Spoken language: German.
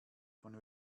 von